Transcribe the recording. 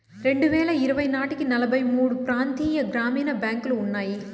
రెండువేల ఇరవై నాటికి నలభై మూడు ప్రాంతీయ గ్రామీణ బ్యాంకులు ఉన్నాయి